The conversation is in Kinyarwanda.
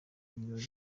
ibirori